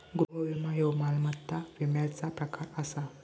गृह विमो ह्यो मालमत्ता विम्याचा प्रकार आसा